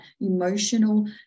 emotional